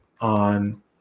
on